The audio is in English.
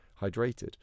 hydrated